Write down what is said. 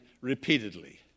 repeatedly